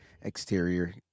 exterior